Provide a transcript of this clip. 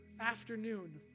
afternoon